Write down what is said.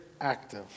active